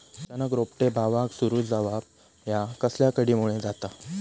अचानक रोपटे बावाक सुरू जवाप हया कसल्या किडीमुळे जाता?